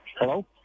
Hello